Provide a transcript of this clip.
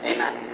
Amen